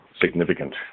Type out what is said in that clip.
significant